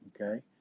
Okay